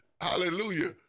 hallelujah